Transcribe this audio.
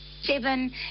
seven